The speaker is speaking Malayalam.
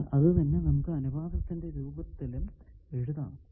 എന്നാൽ അത് തന്നെ നമുക്ക് അനുപാതത്തിന്റെ രൂപത്തിലും എഴുതാം